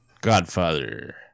Godfather